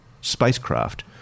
spacecraft